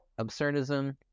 absurdism